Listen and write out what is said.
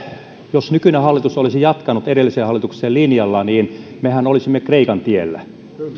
jos nykyinen hallitus olisi jatkanut edellisen hallituksen linjalla niin mehän olisimme kreikan tiellä